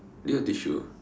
do you have tissue